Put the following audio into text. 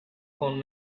con